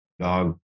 dog